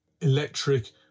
electric